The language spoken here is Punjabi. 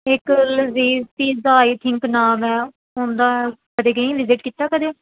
ਇੱਕ ਲਜ਼ੀਜ਼ ਪੀਜ਼ਾ ਆਈ ਥਿੰਕ ਨਾਮ ਆ ਉਹਨਾਂ ਦਾ ਕਦੇ ਗਈ ਵਿਜਿਟ ਕੀਤਾ ਕਦੇ